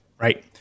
Right